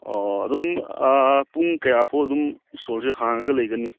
ꯑꯣ ꯑꯗꯨꯝ ꯄꯨꯡ ꯀꯌꯥ ꯐꯥꯎ ꯑꯗꯨꯝ ꯁ꯭ꯇꯣꯜꯁꯦ ꯍꯥꯡꯉꯒ ꯂꯩꯒꯅꯤ